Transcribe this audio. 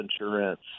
insurance